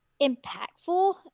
impactful